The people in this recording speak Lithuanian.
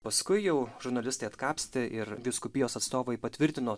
paskui jau žurnalistai atkapstė ir vyskupijos atstovai patvirtino